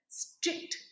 strict